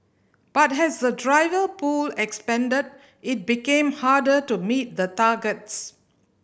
but as the driver pool expanded it became harder to meet the targets